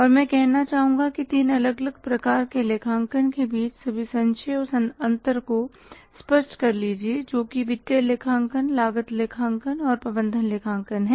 और मैं कहना चाहूँगा कि तीन अलग अलग प्रकार के लेखांकन के बीच सभी संशय और अंतर को स्पष्ट कर लीजिए जो कि वित्तीय लेखांकन लागत लेखांकन और प्रबंधन लेखांकन है